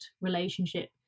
relationship